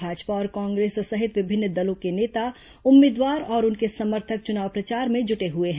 भाजपा और कांग्रेस सहित विभिन्न दलों के नेता उम्मीदवार और उनके समर्थक चुनाव प्रचार में जुटे हुए हैं